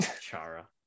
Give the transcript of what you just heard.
Chara